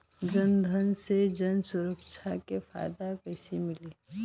जनधन से जन सुरक्षा के फायदा कैसे मिली?